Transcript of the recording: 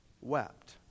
wept